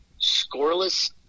scoreless